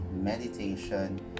meditation